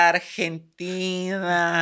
Argentina